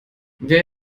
wer